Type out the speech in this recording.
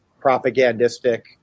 propagandistic